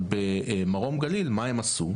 אבל, במרום גליל, מה עם עשו?